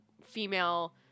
female